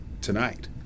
Tonight